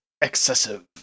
excessive